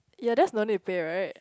ya that's no need to pay right